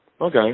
Okay